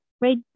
right